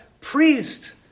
priest